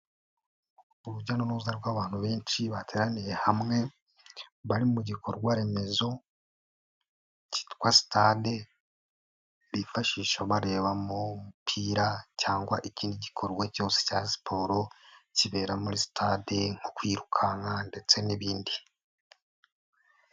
Urujya n'uruza rw'abantu benshi, bateraniye hamwe, bari mu gikorwa remezo kitwa sitade, bifashisha bareba umupira cyangwa ikindi gikorwa cyose cya siporo, kibera muri sitade nko kwirukanka ndetse n'ibindi.